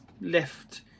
left